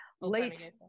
Late